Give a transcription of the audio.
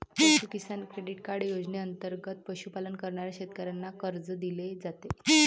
पशु किसान credit card योजनेंतर्गत पशुपालन करणाऱ्या शेतकऱ्यांना कर्ज दिले जाते